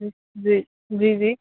जी जी जी